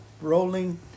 rolling